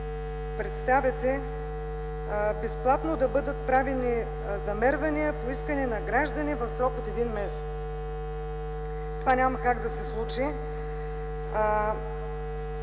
представяте безплатно да бъдат правени замервания по искания на граждани в срок от един месец. Няма как да се случи!